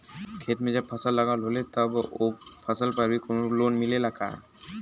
खेत में जब फसल लगल होले तब ओ फसल पर भी कौनो लोन मिलेला का?